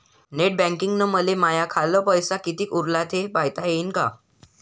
Net बँकिंगनं मले माह्या खाल्ल पैसा कितीक उरला थे पायता यीन काय?